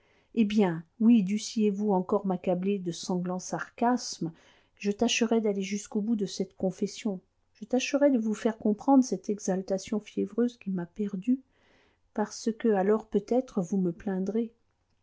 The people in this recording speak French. eh bien oui dussiez-vous encore m'accabler de sanglants sarcasmes je tâcherai d'aller jusqu'au bout de cette confession je tâcherai de vous faire comprendre cette exaltation fiévreuse qui m'a perdu parce que alors peut-être vous me plaindrez